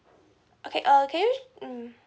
okay uh can you mm